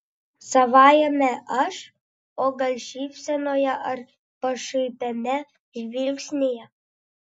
savajame aš o gal šypsenoje ar pašaipiame žvilgsnyje